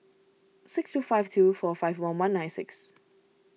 six two five two four five one one nine six